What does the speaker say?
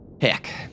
Heck